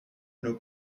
nos